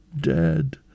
dead